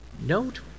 Note